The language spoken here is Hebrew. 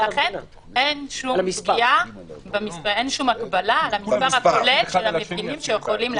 לכן אין שום הגבלה על המספר הכולל של המפגינים שיכולים להפגין יחד.